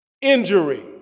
injury